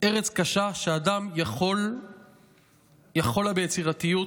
ארץ קשה שאדם יכול לה ביצירתיות,